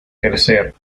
tercer